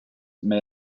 may